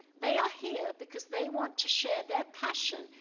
they are here because they want to share that passion,